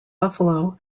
buffalo